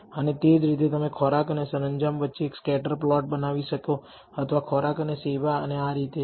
અને તે જ રીતે તમે ખરેખર ખોરાક અને સરંજામ વચ્ચે એક સ્કેટર પ્લોટ વિકસાવી શકો અથવા ખોરાક અને સેવા અને આ રીતે છે